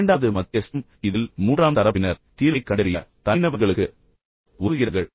இரண்டாவது மத்தியஸ்தம் இதில் மூன்றாம் தரப்பினர் தீர்வைக் கண்டறிய தனிநபர்களுக்கு உதவுகிறார்கள்